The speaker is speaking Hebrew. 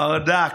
ברדק,